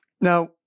Now